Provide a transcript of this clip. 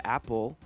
Apple